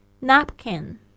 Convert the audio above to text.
napkin